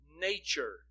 nature